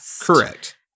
Correct